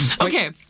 Okay